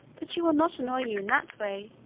that she will not annoy you in that way.